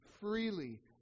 freely